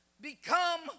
become